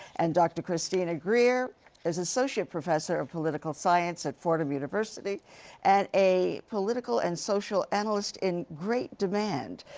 and dr. christina greer is associate professor of political science at fordham university and a political and social analyst in great demand.